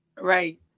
Right